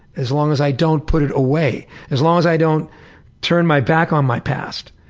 as long as i don't put it away. as long as i don't turn my back on my past.